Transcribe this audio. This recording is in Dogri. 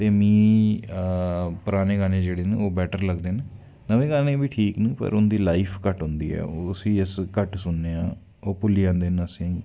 ते मीं पराने गानें न जेह्ड़े बैट्टर लगदे न नमें गानें बी ठीक न पर उंदी लाईफ घट्ट होंदी उसी अस घट्ट सुनने आं ओह् भुल्ली जंदे न असेंगी